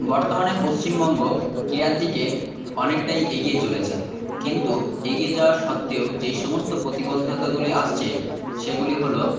বর্তমানে পশ্চিমবঙ্গ ক্রিয়ার দিকে অনেকটাই এগিয়ে চলেছে কিন্তু এগিয়ে যাওয়ার সত্ত্বেও যেই সমস্ত প্রতিবন্ধকতাগুলি আসছে সেগুলি হলো